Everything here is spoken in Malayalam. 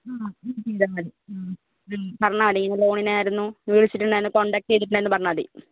വന്നാൽ മതി പറഞ്ഞാൽ മതി ഇങ്ങനെ ലോണിനായിരുന്നു വിളിച്ചിട്ടുണ്ടായിരുന്നു കോൺടാക്ട് ചെയ്തിട്ടുണ്ടായിരുന്നു പറഞ്ഞാൽ മതി